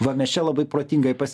va mes čia labai protingai pas